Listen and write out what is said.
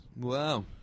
Wow